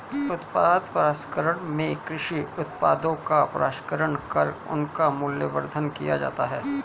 उत्पाद प्रसंस्करण में कृषि उत्पादों का प्रसंस्करण कर उनका मूल्यवर्धन किया जाता है